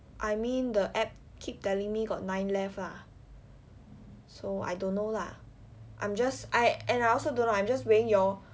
I mean the app keep telling me got nine left lah so I don't know lah I'm just I and I also don't know I'm just weighing your